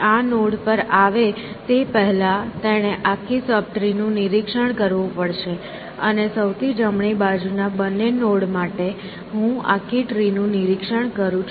આ નોડ પર આવે તે પહેલાં તેણે આખી સબ ટ્રી નું નિરીક્ષણ કરવું પડશે અને સૌથી જમણી બાજુ ના બંને નોડ માટે હું આખી ટ્રી નું નિરીક્ષણ કરું છું